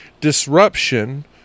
disruption